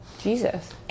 Jesus